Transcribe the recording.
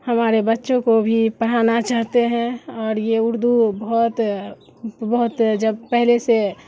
ہمارے بچوں کو بھی پڑھانا چاہتے ہیں اور یہ اردو بہت بہت جب پہلے سے